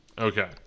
Okay